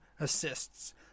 assists